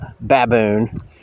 baboon